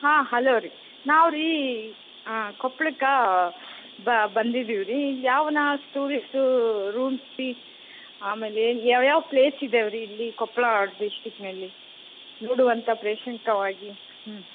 ಹಾಂ ಹಲೋ ರೀ ನಾವು ರೀ ಕೊಪ್ಳಕ್ಕೆ ಬ ಬಂದಿದೀವಿ ರೀ ಇಲ್ಲಿ ಯಾವ್ನಾ ಸ್ಟೂರಿಸ್ಟೂ ರೂಮ್ಸ್ ಆಮೇಲೆ ಯಾವ್ಯಾವ ಪ್ಲೇಸ್ ಇದಾವೆ ರೀ ಇಲ್ಲಿ ಕೊಪ್ಪಳ ಡಿಸ್ಟಿಕ್ಕಿನಲ್ಲಿ ನೋಡುವಂಥ ಪ್ರೇಷಂಕವಾಗಿ ಹ್ಞೂ